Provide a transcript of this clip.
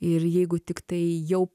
ir jeigu tiktai jau